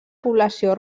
població